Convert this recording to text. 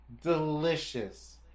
delicious